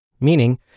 meaning